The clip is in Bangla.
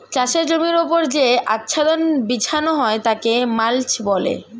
চাষের জমির ওপর যে আচ্ছাদন বিছানো হয় তাকে মাল্চ বলে